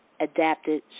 adapted